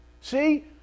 See